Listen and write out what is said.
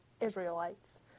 Israelites